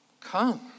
Come